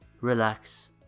relax